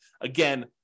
Again